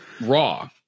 raw